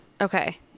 Okay